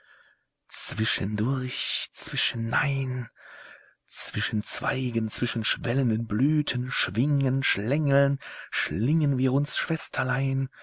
zwischendurch zwischenein zwischen zweigen zwischen schwellenden blüten schwingen schlängeln schlingen wir uns schwesterlein